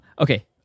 Okay